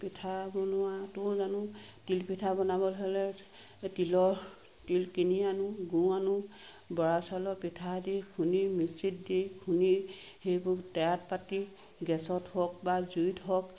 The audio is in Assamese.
পিঠা বনোৱাটোও জানো তিলপিঠা বনাব হ'লে তিলৰ তিল কিনি আনো গুৰ আনো বৰা চাউলৰ পিঠা দি খুন্দি মিক্সিত দি খুন্দি সেইবোৰ টেয়াত পাতি গেছত হওক বা জুইত হওক